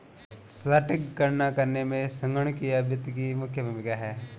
सटीक गणना करने में संगणकीय वित्त की मुख्य भूमिका है